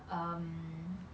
um